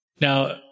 Now